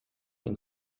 den